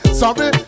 sorry